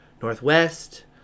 northwest